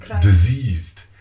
diseased